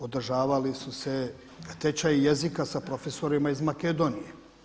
Održavali su se tečaji jezika sa profesorima iz Makedonije.